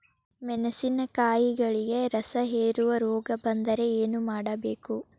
ಮೆಣಸಿನಕಾಯಿಗಳಿಗೆ ರಸಹೇರುವ ರೋಗ ಬಂದರೆ ಏನು ಮಾಡಬೇಕು?